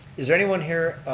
is there anyone here,